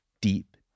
deep